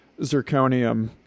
zirconium